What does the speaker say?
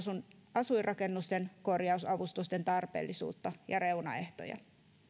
asuinrakennusten korjausavustusten tarpeellisuutta ja reunaehtoja